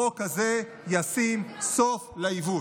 החוק הזה ישים סוף לעיוות,